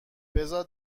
بذار